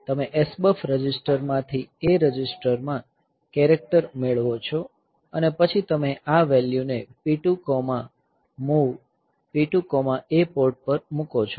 તમે SBUF રજિસ્ટરમાંથી A રજિસ્ટરમાં કેરેક્ટર મેળવો છો અને પછી તમે આ વેલ્યુ ને P2 MOV P2A પોર્ટ પર મૂકો છો